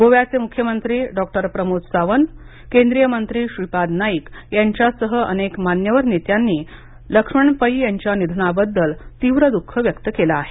गोव्याचे मुख्यमंत्री डॉ प्रमोद सावंत केंद्रीय मंत्री श्रीपाद नाईक यांसह अनेक मान्यवर नेत्यांनी लक्ष्मण पै यांच्या निधना बद्दल तीव्र दुःख व्यक्त केल आहे